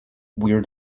where